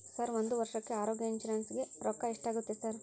Sir ಒಂದು ವರ್ಷಕ್ಕೆ ಆರೋಗ್ಯ ಇನ್ಶೂರೆನ್ಸ್ ಗೇ ರೊಕ್ಕಾ ಎಷ್ಟಾಗುತ್ತೆ ಸರ್?